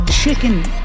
chicken